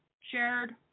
shared